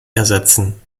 ersetzen